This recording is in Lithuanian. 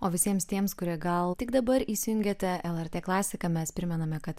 o visiems tiems kurie gal tik dabar įsijungėte lrt klasiką mes primename kad